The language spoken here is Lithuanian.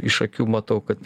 iš akių matau kad